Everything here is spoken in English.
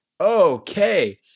okay